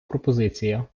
пропозиція